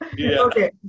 Okay